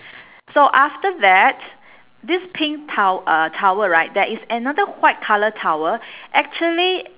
so after that this pink tow~ uh towel right there is another white colour towel actually